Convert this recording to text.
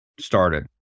started